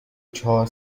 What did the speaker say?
چهار